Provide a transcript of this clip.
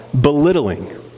belittling